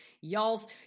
y'all's